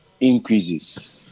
increases